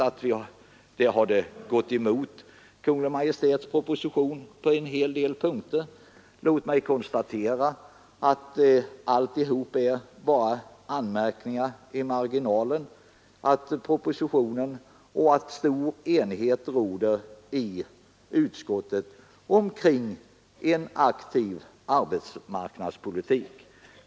Man har velat ändra i Kungl. Maj:ts proposition på en hel del punkter. Låt mig dock konstatera att allt detta bara är anmärkningar i marginalen. Det råder stor enighet i utskottet omkring en aktiv arbetsmarknadspolitik.